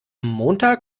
montag